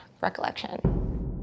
recollection